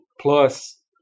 Plus